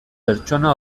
pertsona